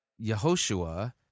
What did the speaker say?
Yehoshua